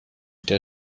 der